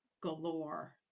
galore